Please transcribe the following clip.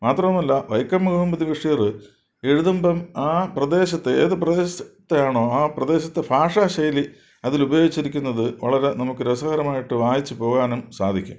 മാത്രവുമല്ല വൈക്കം മുഹമ്മദ് ബഷീർ എഴുതുമ്പം ആ പ്രദേശത്ത് ഏത് പ്രദേശത്തെയാണോ ആ പ്രദേശത്തെ ഭാഷ ശൈലി അതിൽ ഉപയോഗിച്ചിരിക്കുന്നതു വളരെ നമുക്ക് രസകരമായിട്ടു വായിച്ചു പോകാനും സാധിക്കും